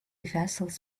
vessels